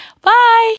Bye